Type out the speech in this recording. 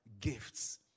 gifts